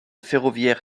ferroviaire